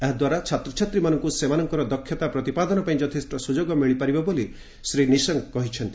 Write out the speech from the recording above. ଏହାଦ୍ୱାରା ଛାତ୍ରଛାତ୍ରୀମାନଙ୍କୁ ସେମାନଙ୍କର ଦକ୍ଷତା ପ୍ରତିପାଦନ ପାଇଁ ଯଥେଷ୍ଟ ସୁଯୋଗ ମିଳିପାରିବ ବୋଲି ଶ୍ରୀ ନିଶଙ୍କ କହିଛନ୍ତି